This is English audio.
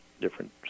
different